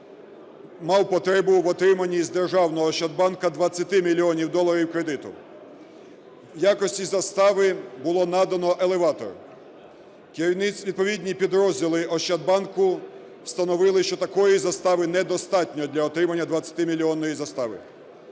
мав потребу в отриманні з державного "Ощадбанку" 20 мільйонів доларів кредиту. В якості застави було надано елеватор. Відповідні підрозділи "Ощадбанку" встановили, що такої застави недостатньо для отримання 20-мільйонної застави.